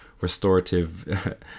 restorative